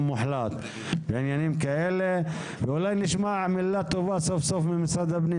מוחלט ואולי סוף סוף נשמע מילה טובה ממשרד הפנים.